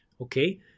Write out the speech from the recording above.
okay